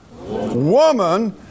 Woman